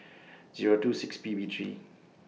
Zero two six P B three